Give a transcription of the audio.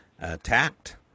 attacked